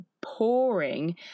pouring